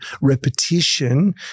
Repetition